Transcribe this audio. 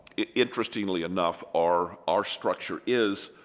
interestingly enough our our structure is,